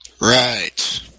Right